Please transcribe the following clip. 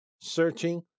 searching